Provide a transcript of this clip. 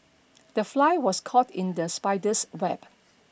the fly was caught in the spider's web